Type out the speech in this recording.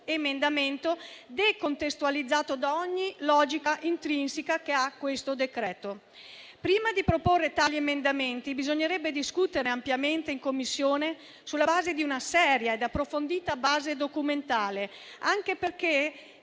emendamento decontestualizzato da ogni logica intrinseca a questo decreto. Prima di proporre tali emendamenti bisognerebbe discuterne ampiamente in Commissione sulla base di una seria ed approfondita base documentale, anche perché